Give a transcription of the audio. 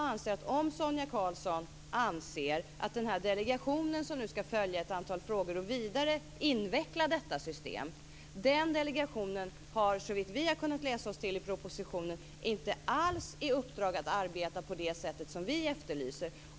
Den delegation som nu skall följa ett antal frågor och inveckla detta system vidare har, såvitt vi har kunnat läsa oss till i propositionen, inte alls i uppdrag att arbeta på det sätt som vi efterlyser.